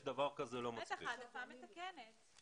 יש דבר כזה אבל הוא לא מספיק.